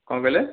କ'ଣ କହିଲେ